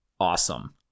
awesome